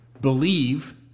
Believe